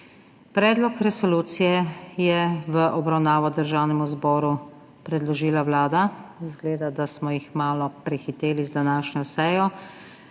Predlog resolucije je v obravnavo Državnemu zboru predložila Vlada. Izgleda, da smo jih malo prehiteli z današnjo sejo.